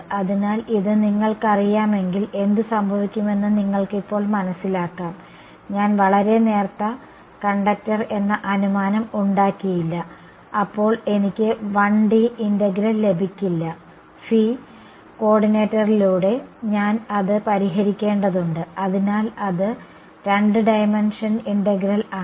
അതിനാൽ ഇത് നിങ്ങൾക്കറിയാമെങ്കിൽ എന്ത് സംഭവിക്കുമെന്ന് നിങ്ങൾക്ക് ഇപ്പോൾ മനസിലാക്കാം ഞാൻ വളരെ നേർത്ത കണ്ടക്ടർ എന്ന അനുമാനം ഉണ്ടാക്കിയില്ല അപ്പോൾ എനിക്ക് ഒരു 1D ഇന്റഗ്രൽ ലഭിക്കില്ല കോർഡിനേറ്റിലൂടെ ഞാൻ അത് പരിഹരിക്കേണ്ടതുണ്ട് അതിനാൽ അത് രണ്ട് ഡൈമൻഷൻ ഇന്റഗ്രൽ ആണ്